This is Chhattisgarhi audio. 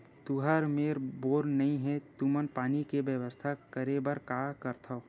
तुहर मेर बोर नइ हे तुमन पानी के बेवस्था करेबर का कर सकथव?